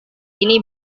ini